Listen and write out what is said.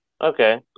Okay